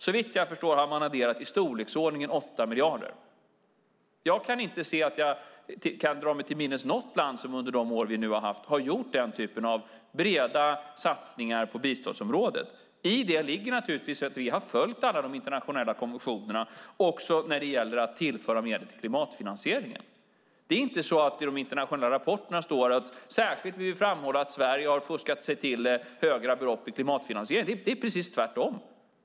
Såvitt jag förstår har man adderat i storleksordningen 8 miljarder. Jag kan inte dra mig till minnes något land som under de år vi nu har haft har gjort den typen av breda satsningar på biståndsområdet. I det ligger naturligtvis att vi har följt alla de internationella konventionerna också när det gäller att tillföra mer klimatfinansiering. Det är inte så att det i de internationella rapporterna står: Särskilt vill vi framhålla att Sverige har fuskat sig till höga belopp i klimatfinansiering. Det är precis tvärtom.